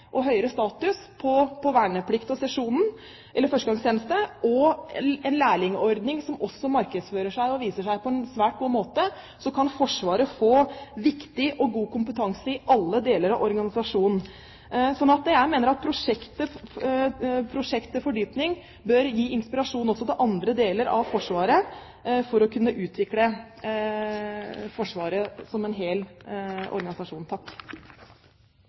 og høyere status på verneplikt og førstegangstjeneste og en lærlingordning som også markedsfører seg og viser seg å være en svært god ordning, kan Forsvaret få viktig og god kompetanse i alle deler av organisasjonen. Jeg mener at Prosjekt til fordypning bør gi inspirasjon også til andre deler av Forsvaret for å kunne utvikle Forsvaret som en hel organisasjon.